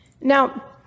Now